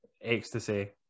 ecstasy